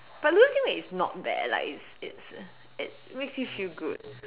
but looking back it's not bad like it's it's it makes me feel good